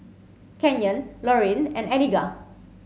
Canyon Lorayne and Eligah